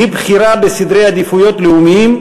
היא בחירה בסדרי עדיפויות לאומיים,